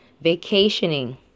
vacationing